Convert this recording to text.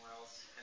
else